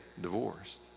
divorced